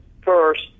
first